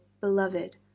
beloved